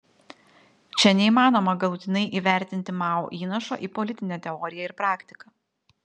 čia neįmanoma galutinai įvertinti mao įnašo į politinę teoriją ir praktiką